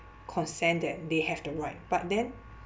consent that they have the right but then